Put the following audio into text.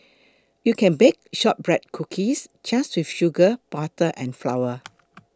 you can bake Shortbread Cookies just with sugar butter and flour